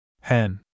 Hen